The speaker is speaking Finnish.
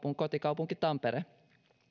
kotikaupunki tampere